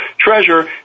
treasure